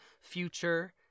future